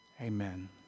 Amen